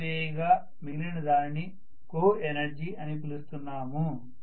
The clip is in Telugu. తీసివేయగా మిగిలిన దానిని కోఎనర్జీ అని పిలుస్తున్నాము